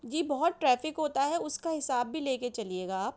جی بہت ٹریفک ہوتا ہے اُس کا حساب بھی لے کے چلیے گا آپ